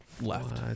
left